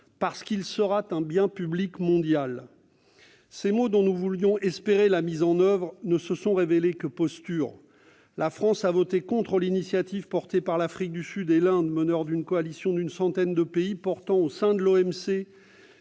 parce qu'il sera un bien public mondial. » Ces mots dont nous voulions espérer la mise en oeuvre se sont révélés n'être que posture. La France a voté contre l'initiative portée par l'Afrique du Sud et par l'Inde, meneurs d'une coalition d'une centaine de pays militant au sein de